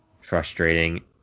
frustrating